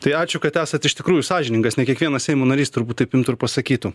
tai ačiū kad esat iš tikrųjų sąžiningas ne kiekvienas seimo narys turbūt taip imtų ir pasakytų